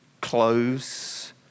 clothes